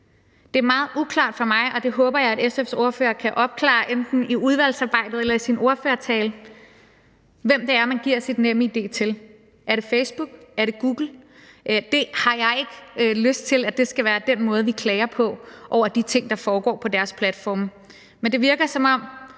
Det er meget uklart for mig, og det håber jeg at SF's ordfører kan opklare enten i udvalgsarbejdet eller i sin ordførertale, hvem det er, man giver sit NemID til. Er det Facebook? Er det Google? Det har jeg ikke lyst til skal være den måde vi klager på over de ting, der foregår på deres platforme, men det virker, som om